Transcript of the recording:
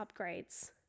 upgrades